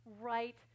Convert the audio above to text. right